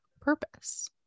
purpose